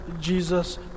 Jesus